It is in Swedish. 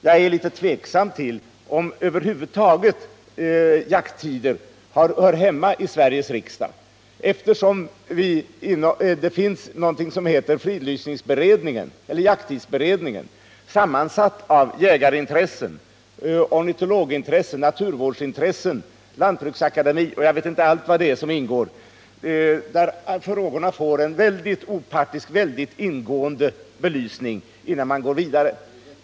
Jag är litet tveksam om jakttider över huvud taget hör hemma i Sveriges riksdag, eftersom det finns någonting som heter jakttidsberedningen - sammansatt av jägarintressen, ornitologintressen, naturvårdsintressen, lantbruksakademiintressen, jag vet inte allt — där frågorna får en mycket opartisk och ingående belysning, innan man går vidare.